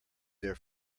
their